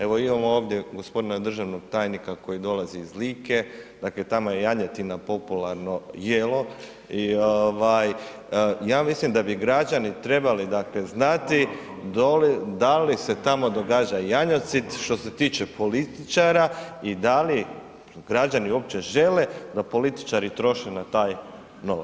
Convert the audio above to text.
Evo, imamo ovdje g. državnog tajnika koji dolazi iz Like, dakle tamo je janjetina popularno jelo i ovaj ja mislim da bi građani trebali, dakle znati da li se tamo događa janjocid što se tiče političara i da li građani uopće žele da političari troše na taj novac?